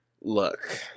Look